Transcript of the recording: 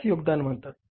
त्यास योगदान म्हणतात